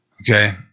Okay